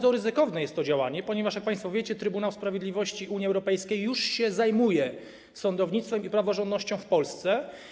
To działanie jest bardzo ryzykowne, ponieważ jak państwo wiecie, Trybunał Sprawiedliwości Unii Europejskiej już się zajmuje sądownictwem i praworządnością w Polsce.